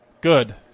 Good